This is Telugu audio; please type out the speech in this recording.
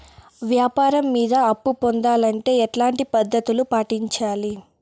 వ్యాపారం మీద అప్పు పొందాలంటే ఎట్లాంటి పద్ధతులు పాటించాలి?